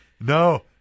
No